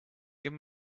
give